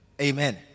Amen